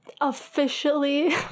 officially